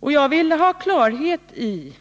Jag vill få klarhet i